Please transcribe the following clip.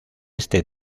este